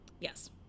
Yes